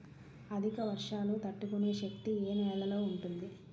అధిక వర్షాలు తట్టుకునే శక్తి ఏ నేలలో ఉంటుంది?